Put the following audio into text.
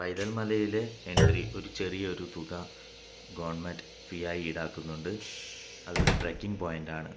പൈതൽ മലയിലെ എൻട്രി ഒരു ചെറിയൊരു തുക ഗവൺമെൻറ് ഫീ ആയി ഈടാക്കുന്നുണ്ട് അതൊരു ട്രക്കിംഗ് പോയിൻറ് ആണ്